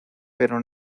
pero